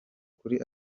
kuri